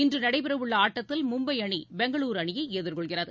இன்று நடைபெறவுள்ள ஆட்டத்தில் மும்பை அணி பெங்களுரு அணியை எதிர்கொள்கிறது